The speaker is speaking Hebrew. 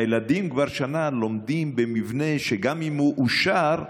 והילדים כבר שנה לומדים במבנה שגם אם הוא אושר,